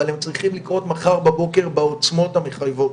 אבל הם צריכים לקרות מחר בבוקר בעוצמות המחייבות.